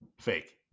Fake